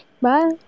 bye